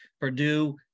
Purdue